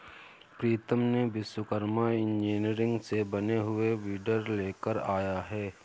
प्रीतम ने विश्वकर्मा इंजीनियरिंग से बने हुए वीडर लेकर आया है